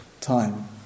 time